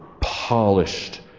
polished